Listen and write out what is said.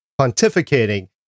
pontificating